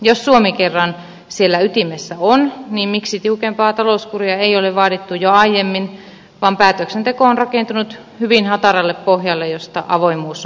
jos suomi kerran siellä ytimessä on niin miksi tiukempaa talouskuria ei ole vaadittu jo aiemmin vaan päätöksenteko on rakentunut hyvin hataralle pohjalle josta avoimuus on kaukana